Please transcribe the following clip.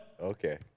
Okay